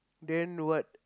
then what